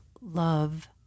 love